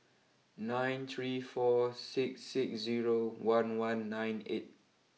nine three four six six zero one one nine eight